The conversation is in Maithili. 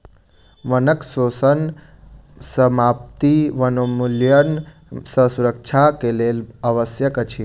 वनक शोषण समाप्ति वनोन्मूलन सँ सुरक्षा के लेल आवश्यक अछि